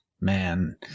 man